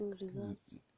results